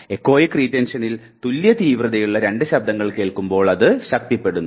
echoic റിറ്റെൻഷനിൽ തുല്യ തീവ്രതയുള്ള രണ്ട് ശബ്ദങ്ങൾ കേൾക്കുമ്പോൾ അത് ശക്തിപ്പെടുന്നു